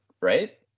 right